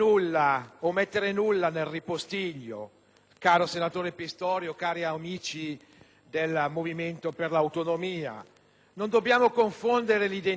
caro senatore Pistorio, cari amici del Movimento per l'autonomia: non dobbiamo confondere l'identità e l'autonomia